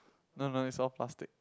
no no is all plastic